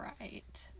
Right